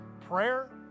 prayer